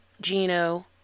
Gino